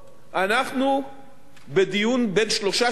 אנחנו בדיון בן שלושה שלבים: ראשית,